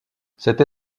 cette